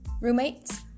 roommates